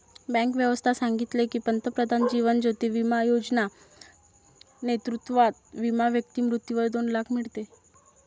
bank व्यवस्था सांगितले की, पंतप्रधान जीवन ज्योती बिमा योजना नेतृत्वात विमा व्यक्ती मृत्यूवर दोन लाख मीडते